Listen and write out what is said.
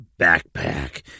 backpack